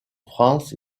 france